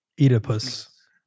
Oedipus